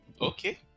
Okay